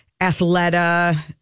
Athleta